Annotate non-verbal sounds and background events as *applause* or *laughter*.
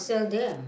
*breath*